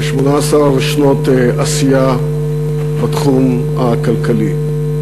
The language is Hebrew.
ו-18 שנות עשייה בתחום הכלכלי.